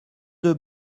deux